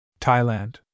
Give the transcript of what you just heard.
Thailand